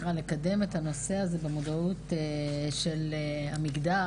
לקדם את הנושא הזה ואת המודעות של המגדר,